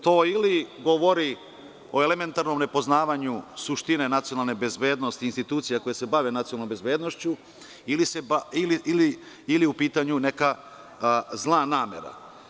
To ili govori o elementarnom nepoznavanju suštine nacionalne bezbednosti institucija koje se bave nacionalnom bezbednošću ili je u pitanju neka zla namera.